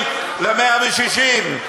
הורדתם את התקציב מ-540 ל-160,